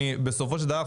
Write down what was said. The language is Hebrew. בסופו של דבר,